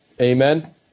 Amen